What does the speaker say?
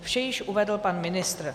Vše již uvedl pan ministr.